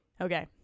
Okay